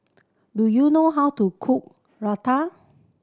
do you know how to cook Raita